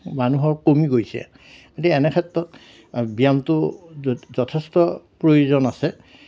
মানুহৰ কমি গৈছে গতিকে এনে ক্ষেত্ৰত ব্যায়ামটো য যথেষ্ট প্ৰয়োজন আছে